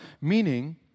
Meaning